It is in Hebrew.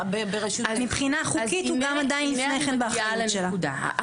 אז מבחינה חוקית הוא גם עדיין לפני כן באחריות שלה.